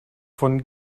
von